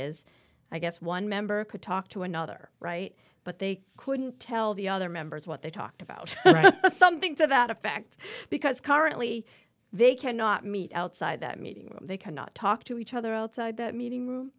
is i guess one member could talk to another right but they couldn't tell the other members what they talked about something to that effect because currently they cannot meet outside that meeting they cannot talk to each other outside that meeting room